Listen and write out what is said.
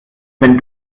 wenn